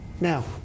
Now